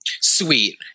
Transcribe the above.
Sweet